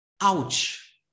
Ouch